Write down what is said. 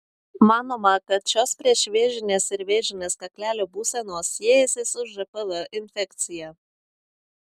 manoma kad šios priešvėžinės ir vėžinės kaklelio būsenos siejasi su žpv infekcija